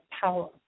power